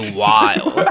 wild